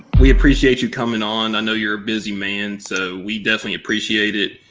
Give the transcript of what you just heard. we appreciate you coming on. i know you're a busy man, so we definitely appreciate it.